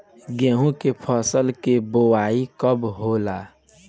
गेहूं के फसल के बोआई कब होला?